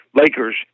Lakers